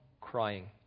crying